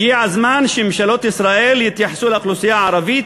הגיע הזמן שממשלות ישראל יתייחסו לאוכלוסייה הערבית